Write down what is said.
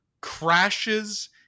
crashes